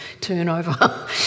turnover